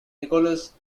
nicholas